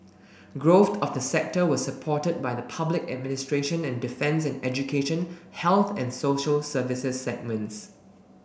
growth of the sector was supported by the public administration and defence and education health and social services segments